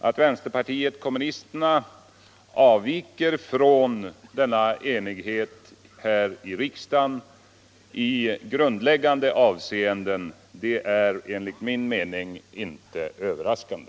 Att vänsterpartiet kommunisterna avviker från enigheten här i riksdagen i grundläggande avseenden är enligt min mening inte överraskande.